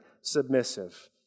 submissive